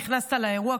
נכנסת לאירוע,